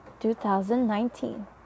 2019